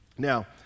Now